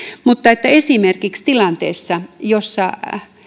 esimerkiksi tilanteessa jossa